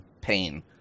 pain